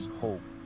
hope